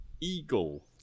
eagle